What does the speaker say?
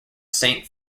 saint